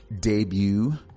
debut